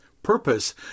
purpose